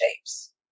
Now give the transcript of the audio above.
shapes